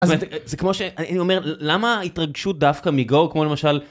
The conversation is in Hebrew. זאת אומרת, זה כמו שאני אומר, למה ההתרגשות דווקא מגו, כמו למשל